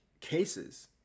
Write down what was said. cases